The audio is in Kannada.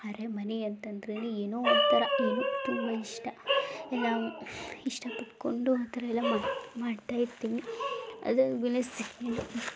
ಅರಮನೆ ಅಂತ ಅಂದ್ರೆ ಏನೋ ಒಂಥರ ಏನೋ ತುಂಬ ಇಷ್ಟ ಎಲ್ಲ ಇಷ್ಟ ಪಟ್ಕೊಂಡು ಆ ಥರ ಎಲ್ಲ ಮಾಡಿ ಮಾಡ್ತಾಯಿರ್ತೀವಿ ಅದು